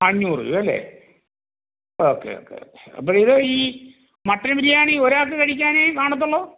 അഞ്ഞൂറ് രൂപയല്ലേ okay okay okay അപ്പം ഇത് ഈ മട്ടൻ ബിരിയാണി ഒരാൾക്ക് കഴിക്കാനേ കാണത്തുള്ളോ